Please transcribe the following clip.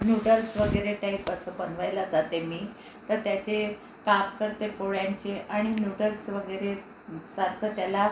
noodles वगैरे type असं बनवायला जाते मी तर त्याचे काप करते पोळ्यांचे आणि न्यूडल्स वगैरेसारखं त्याला